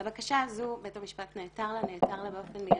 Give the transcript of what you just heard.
לבקשה הזו בית המשפט נעתר, נעתר לה באופן מידי,